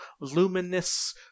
Luminous